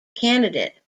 candidate